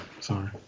Sorry